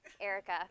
Erica